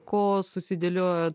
ko susidėliojo